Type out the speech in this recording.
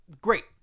Great